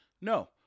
No